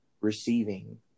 receiving